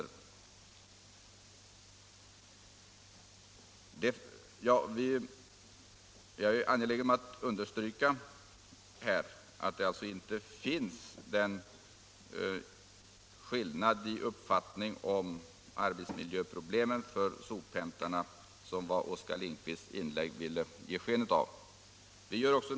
Jag är angelägen om att understryka att det inte finns någon sådan skillnad i uppfattning när det gäller arbetsmiljöproblemen för sophämtarna som herr Lindkvist ville ge sken av i sitt inlägg.